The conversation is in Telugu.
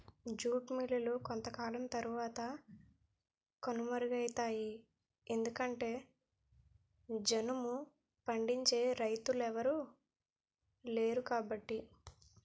జూట్ మిల్లులు కొంతకాలం తరవాత కనుమరుగైపోతాయి ఎందుకంటె జనుము పండించే రైతులెవలు లేరుకాబట్టి